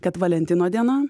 kad valentino diena